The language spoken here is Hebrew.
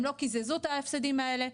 הם לא קיזזו את ההפסדים האלה.